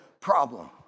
problem